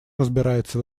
разбирается